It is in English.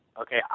Okay